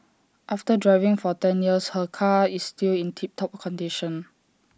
after driving for ten years her car is still in tip top condition